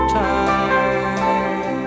time